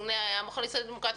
נתוני המכון הישראלי לדמוקרטיה,